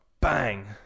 bang